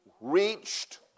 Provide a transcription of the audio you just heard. reached